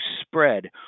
spread